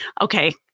okay